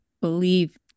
believe